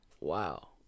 wow